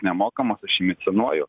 nemokamas aš jį mecenuoju